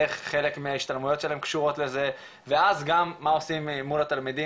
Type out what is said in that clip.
איך חלק מההשתלמויות שלהם קשורות לזה ואז גם מה עושים מול התלמידים,